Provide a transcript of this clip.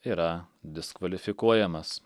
yra diskvalifikuojamas